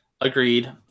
Agreed